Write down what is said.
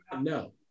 No